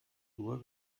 nur